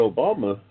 Obama